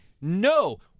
No